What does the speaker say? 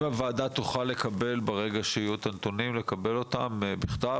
האם הוועדה תוכל לקבל אותם בכתב?